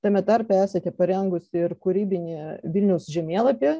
tame tarpe esate parengusi ir kūrybinį vilniaus žemėlapį